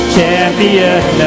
Champion